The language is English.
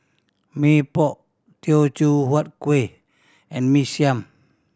Mee Pok Teochew Huat Kueh and Mee Siam